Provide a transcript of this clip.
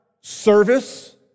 service